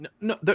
No